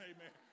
Amen